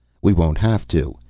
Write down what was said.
we won't have to.